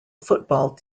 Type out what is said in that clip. football